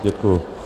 Děkuju.